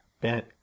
bent